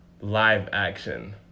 live-action